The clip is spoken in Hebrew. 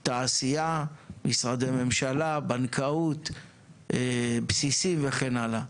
תעשיה, משרדי ממשלה, בנקאות, בסיסים, וכן הלאה.